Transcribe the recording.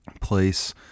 place